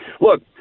Look